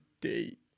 date